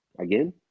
again